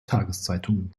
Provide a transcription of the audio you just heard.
tageszeitungen